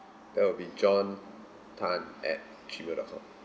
that will be john Tan at gmail dot com